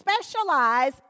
specialize